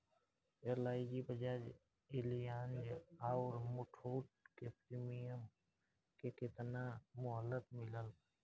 LIC Bajaj Allianz आउर मुथूट के premium के केतना मुहलत मिलल बा?